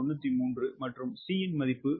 93 மற்றும் C 0